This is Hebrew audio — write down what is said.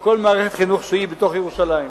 או כל מערכת חינוך שהיא בתוך ירושלים.